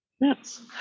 Yes